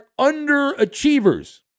underachievers